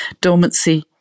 dormancy